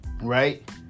right